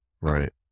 Right